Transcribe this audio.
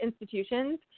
institutions